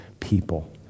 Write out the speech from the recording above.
people